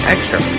Extra